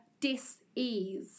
dis-ease